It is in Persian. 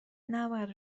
نباید